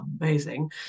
amazing